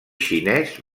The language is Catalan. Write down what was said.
xinès